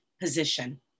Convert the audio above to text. position